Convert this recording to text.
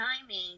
timing